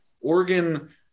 Oregon